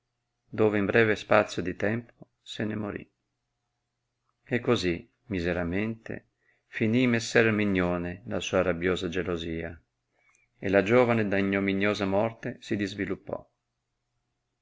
dove in breve spazio di tempo se ne morì e così miseramente finì messer erminione la sua rabbiosa gelosia e la giovane da ignominiosa morte si disviluppò